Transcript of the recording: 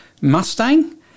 Mustang